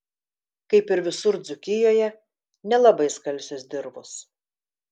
kaip ir visur dzūkijoje nelabai skalsios dirvos